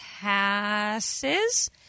passes